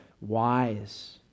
wise